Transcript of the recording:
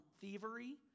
thievery